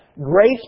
grace